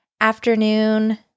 afternoon